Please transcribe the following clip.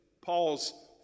Paul's